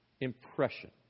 impression